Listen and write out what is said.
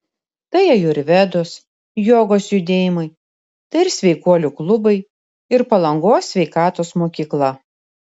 tai ajurvedos jogos judėjimai tai ir sveikuolių klubai ir palangos sveikatos mokykla